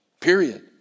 period